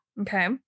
Okay